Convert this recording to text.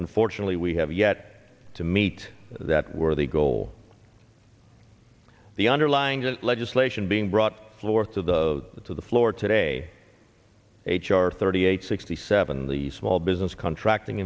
unfortunately we have yet to meet that worthy goal the underlying legislation being brought floor to the to the floor today h r thirty eight sixty seven the small business contracting